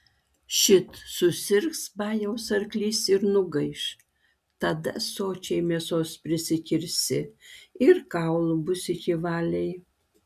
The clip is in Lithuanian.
šit susirgs bajaus arklys ir nugaiš tada sočiai mėsos prisikirsi ir kaulų bus iki valiai